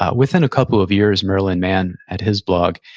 ah within a couple of years, merlin mann at his blog,